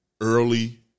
early